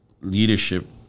leadership